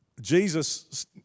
Jesus